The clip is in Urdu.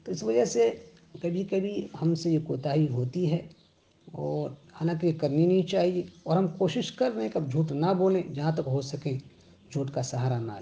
تو اس وجہ سے کبھی کبھی ہم سے یہ کوتائی ہوتی ہے اور حالانکہ یہ کرنی نہیں چاہیے اور ہم کوشش کر رہیں کہ اب جھوٹ نہ بولیں جہاں تک ہو سکیں جھوٹ کا سہارا نہ